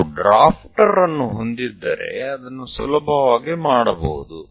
ನಾವು ಡ್ರಾಫ್ಟರ್ ಅನ್ನು ಹೊಂದಿದ್ದರೆ ಅದನ್ನು ಸುಲಭವಾಗಿ ಮಾಡಬಹುದು